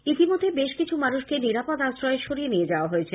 ইতিমধ্যেই বেশকিছু মানুষকে নিরাপদ আশ্রয়ে সরিয়ে নিয়ে যাওয়া হয়েছে